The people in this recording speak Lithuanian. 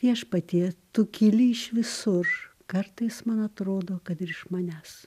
viešpatie tu kyli iš visur kartais man atrodo kad ir iš manęs